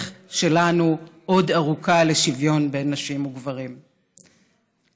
שלנו לשוויון בין נשים וגברים עוד ארוכה.